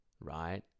right